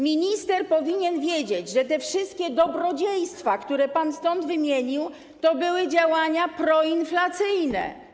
Minister powinien wiedzieć, że te wszystkie dobrodziejstwa, które pan stąd wymienił, to były działania proinflacyjne.